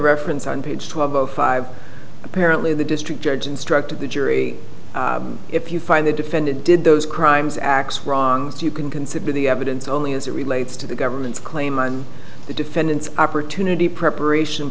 reference on page twelve o five apparently the district judge instructed the jury if you find the defendant did those crimes x wrong you can consider the evidence only as it relates to the government's claim on the defendant's opportunity preparation